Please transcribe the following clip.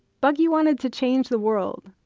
bucky wanted to change the world,